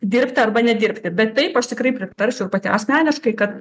dirbti arba nedirbti bet taip aš tikrai pritarčiau pati asmeniškai kad